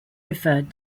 referred